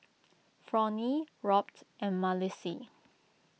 Fronie Robt and Malissie